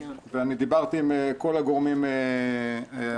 ודיברתי עם כל הגורמים הרלוונטיים,